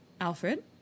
Alfred